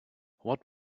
what